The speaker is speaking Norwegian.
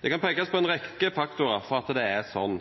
Det kan pekes på en rekke faktorer som gjør at det er sånn: